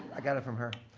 i got it from her.